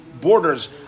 borders